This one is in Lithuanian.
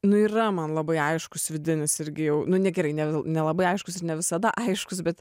nu yra man labai aiškus vidinis irgi jau nu ne gerai ne gal nelabai aiškus ir ne visada aiškus bet